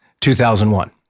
2001